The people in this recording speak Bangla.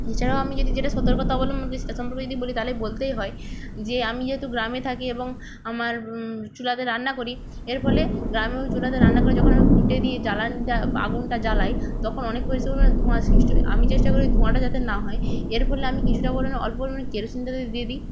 এছাড়াও আমি যদি যেটা সতর্কতা অবলম্বন করি সেটা সম্পর্কে যদি বলি তাহলে বলতেই হয় যে আমি যেহেতু গ্রামে থাকি এবং আমার চুলাতে রান্না করি এর ফলে গ্রামেও চুলাতে রান্না করি যখন আমি ঘুঁটে দিয়ে জ্বালানটা আগুনটা জ্বালাই তখন অনেক পরি সমান ধোঁয়া সৃষ্টি হয় আমি চেষ্টা করি ধোঁয়াটা যাতে না হয় এর ফলে আমি কিছুটা পরিমাণ অল্প পরিমাণ কেরোসিন তেল দিয়ে দি